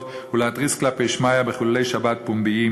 ולהתריס כלפי שמיא בחילולי שבת פומביים